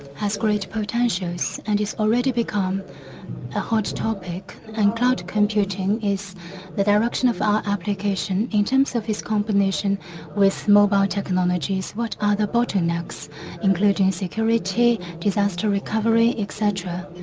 has great potentials and has already become a hot topic and cloud computing is the direction of our application. in terms of this combination with mobile technologies what are the bottlenecks including security, disaster recovery, etc?